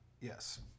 Yes